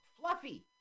Fluffy